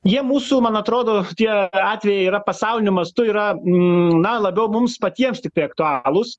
jie mūsų man atrodo tie atvejai yra pasauliniu mastu yra na labiau mums patiems tik tai aktualūs